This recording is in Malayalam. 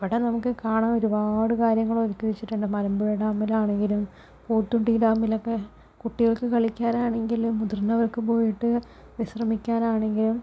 അവടെ നമുക്ക് കാണാൻ ഒരുപാട് കാര്യങ്ങൾ ഒരുക്കി വച്ചിട്ടുണ്ട് മലമ്പുഴ ഡാമിലാണെങ്കിലും പോത്തുണ്ടി ഡാമിലൊക്കെ കുട്ടികൾക്ക് കളിക്കാനാണെങ്കിലും മുതിർന്നവർക്ക് പോയിട്ട് വിശ്രമിക്കാനാണെങ്കിലും